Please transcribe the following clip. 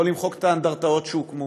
לא למחוק את האנדרטאות שהוקמו